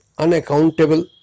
Unaccountable